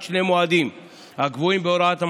של שני מועדים הקבועים בהוראות המעבר: